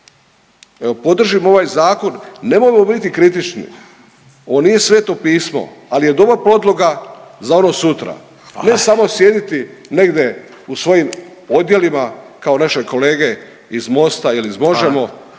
Evo podržimo ovaj zakon, nemojmo biti kritični. Ovo nije sveto pismo, ali je dobra podloga za ono sutra ne samo sjediti … …/Upadica Radin: Hvala./… … negdje u svojim odjelima kao naše kolege iz MOST-a ili iz MOŽEMO